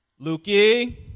Lukey